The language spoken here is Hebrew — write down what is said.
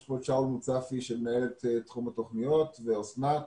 נמצא כאן שאול מוצפי שהוא מנהל את תחום התוכניות ונמצאת אסנת